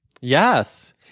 Yes